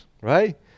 right